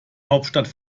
hauptstadt